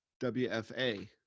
WFA